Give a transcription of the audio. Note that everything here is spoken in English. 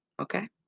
okay